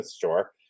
Sure